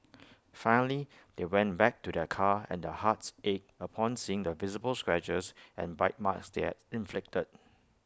finally they went back to their car and their hearts ached upon seeing the visible scratches and bite marks their inflicted